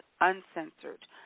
Uncensored